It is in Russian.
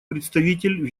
представитель